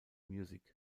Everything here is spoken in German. music